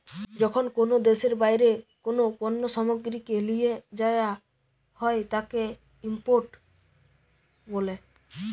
যখন কোনো দেশের বাইরে কোনো পণ্য সামগ্রীকে লিয়ে যায়া হয় তাকে ইম্পোর্ট বলে